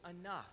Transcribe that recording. enough